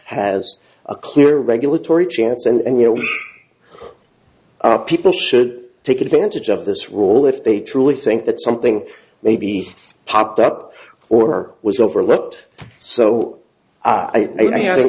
has a clear regulatory chance and you know people should take advantage of this role if they truly think that something maybe popped up or was overlooked so i think